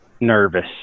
nervous